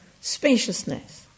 spaciousness